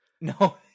No